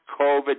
COVID